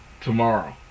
tomorrow